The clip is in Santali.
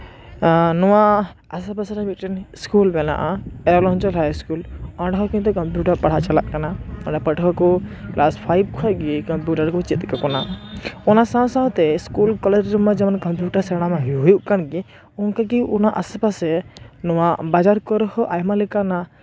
ᱱᱚᱣᱟ ᱟᱥᱮᱯᱟᱥᱮᱨᱮ ᱢᱤᱫᱴᱮᱱ ᱤᱥᱠᱩᱞ ᱢᱮᱱᱟᱜᱼᱟ ᱰᱟᱭᱢᱚᱱᱰᱡᱳᱲ ᱦᱟᱭᱼᱤᱥᱠᱩᱞ ᱚᱸᱰᱮ ᱦᱚᱸ ᱠᱤᱱᱛᱩ ᱠᱚᱢᱯᱤᱭᱩᱴᱟᱨ ᱯᱟᱲᱦᱟᱜ ᱪᱟᱞᱟᱜ ᱠᱟᱱᱟ ᱯᱟᱹᱴᱷᱩᱣᱟᱹᱠᱩ ᱠᱮᱞᱟᱥ ᱯᱷᱟᱭᱤᱵᱷ ᱠᱷᱚᱱᱜᱮ ᱠᱚᱢᱯᱤᱭᱩᱴᱟᱨ ᱠᱚ ᱪᱮᱫ ᱟᱠᱚ ᱠᱟᱱᱟ ᱚᱱᱟ ᱥᱟᱶ ᱥᱟᱶᱛᱮ ᱤᱥᱠᱩᱞ ᱠᱚᱞᱮᱡ ᱨᱮᱢᱟ ᱡᱮᱢᱚᱱ ᱠᱚᱢᱯᱤᱭᱩᱴᱟᱨ ᱥᱮᱬᱟᱢᱟ ᱦᱩᱭᱩᱜ ᱠᱟᱱᱜᱮ ᱚᱱᱠᱟᱜᱮ ᱚᱱᱟ ᱟᱥᱮᱯᱟᱥᱮ ᱱᱚᱶᱟ ᱵᱟᱡᱟᱨ ᱠᱚᱨᱮᱦᱚᱸ ᱟᱭᱢᱟ ᱞᱮᱠᱟᱱᱟᱜ